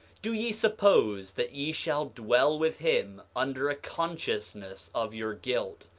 do ye suppose that ye shall dwell with him under a consciousness of your guilt?